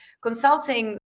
consulting